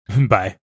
bye